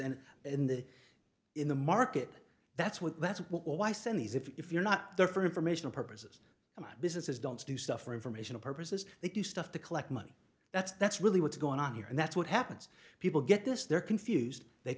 and in the in the market that's what that's why i send these if you're not there for informational purposes and my businesses don't do stuff for informational purposes they do stuff to collect money that's that's really what's going on here and that's what happens people get this they're confused they